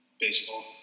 Baseball